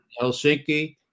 Helsinki